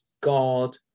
God